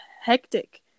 hectic